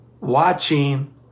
watching